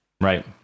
Right